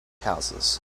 houses